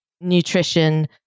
nutrition